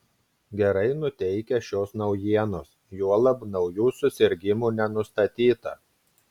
gerai nuteikia šios naujienos juolab naujų susirgimų nenustatyta